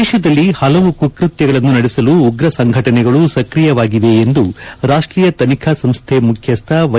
ದೇಶದಲ್ಲಿ ಹಲವು ಕುಕೃತ್ಯಗಳನ್ನು ನಡೆಸಲು ಉಗ್ರ ಸಂಘಟನೆಗಳು ಸಕ್ರಿಯವಾಗಿವೆ ಎಂದು ರಾಷ್ಟೀಯ ತನಿಖಾ ಸಂಸ್ಥೆ ಮುಖ್ಯಸ್ಥ ವೈ